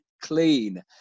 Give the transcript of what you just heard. clean